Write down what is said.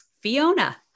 Fiona